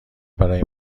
برای